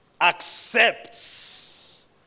accepts